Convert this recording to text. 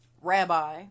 rabbi